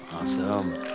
Awesome